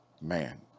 man